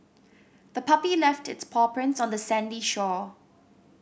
the puppy left its paw prints on the sandy shore